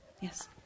Yes